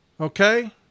Okay